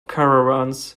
caravans